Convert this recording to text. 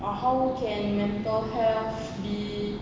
or how can mental health be